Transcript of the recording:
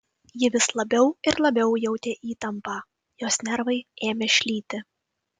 ji vis labiau ir labiau jautė įtampą jos nervai ėmė šlyti